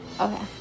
Okay